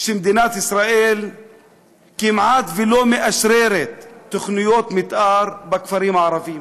שמדינת ישראל כמעט ולא מאשררת תוכנית מתאר בכפרים הערביים